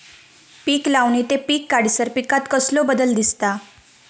पीक लावणी ते पीक काढीसर पिकांत कसलो बदल दिसता?